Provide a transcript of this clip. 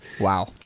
wow